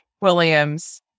Williams